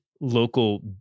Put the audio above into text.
local